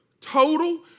Total